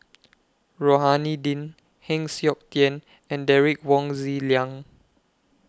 Rohani Din Heng Siok Tian and Derek Wong Zi Liang